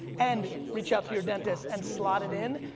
and reach out to your dentist and slot it in,